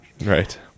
Right